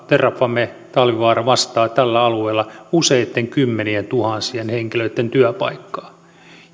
terrafame talvivaara vastaa tällä alueella useitten kymmenientuhansien henkilöitten työpaikkaa